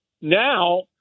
Now